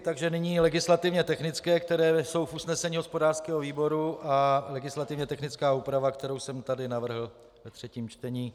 Takže nyní legislativně technické, které jsou v usnesení hospodářského výboru, a legislativně technická úprava, kterou jsem tady navrhl ve třetím čtení.